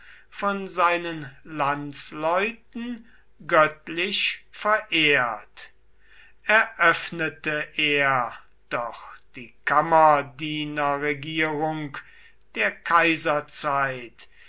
von seinen landsleuten göttlich verehrt eröffnete er doch die kammerdienerregierung der kaiserzeit